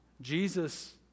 Jesus